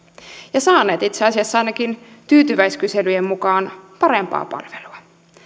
ja saaneet itse asiassa ainakin tyytyväisyyskyselyjen mukaan parempaa palvelua